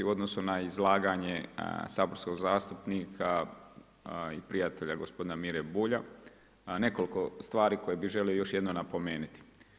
U odnosu na izlaganje saborskog zastupnika i prijatelja gospodina Mire Bulja, nekoliko stvari, koje bi želio još jednom napomenuti.